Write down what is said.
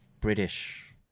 British